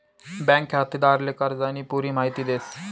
bank खातेदारले कर्जानी पुरी माहिती देस